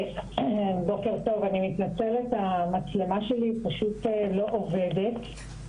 בוקר טוב, אני מתנצלת פשוט המצלמה שלי לא עובדת.